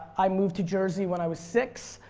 i moved to jersey when i was six.